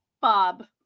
Bob